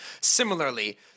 Similarly